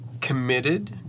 committed